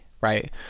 right